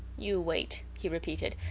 you wait, he repeated,